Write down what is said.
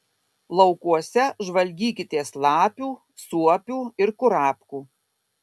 laukuose žvalgykitės lapių suopių ir kurapkų